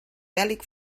bèl·lic